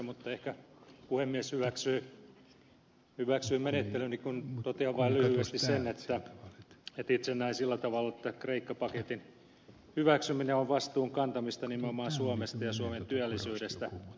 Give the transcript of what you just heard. mutta ehkä puhemies hyväksyy menettelyni kun totean vain lyhyesti sen että itse näen sillä tavalla että kreikka paketin hyväksyminen on vastuun kantamista nimenomaan suomesta ja suomen työllisyydestä